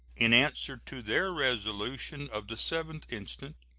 in answer to their resolution of the seventh instant,